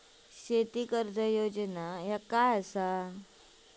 शेती कर्ज योजना काय असा?